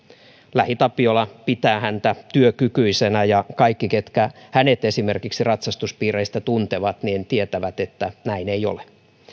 lähitapiola pitää häntä työkykyisenä ja kaikki ketkä hänet esimerkiksi ratsastuspiireistä tuntevat tietävät että näin ei ole